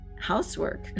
housework